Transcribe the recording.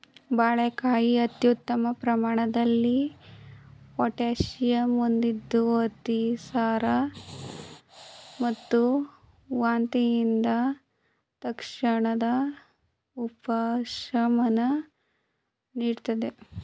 ಬಾಳೆಕಾಯಿ ಅತ್ಯುತ್ತಮ ಪ್ರಮಾಣದಲ್ಲಿ ಪೊಟ್ಯಾಷಿಯಂ ಹೊಂದಿರದ್ದು ಅತಿಸಾರ ಮತ್ತು ವಾಂತಿಯಿಂದ ತಕ್ಷಣದ ಉಪಶಮನ ನೀಡ್ತದೆ